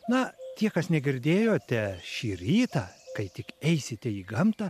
na tie kas negirdėjote šį rytą kai tik eisite į gamtą